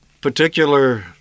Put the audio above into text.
particular